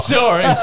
sorry